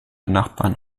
nachbarn